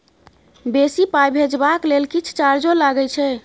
बेसी पाई भेजबाक लेल किछ चार्जो लागे छै?